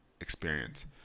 experience